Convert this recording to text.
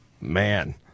man